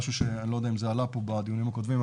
אני לא יודע אם זה עלה פה בדיונים הקודמים,